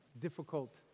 difficult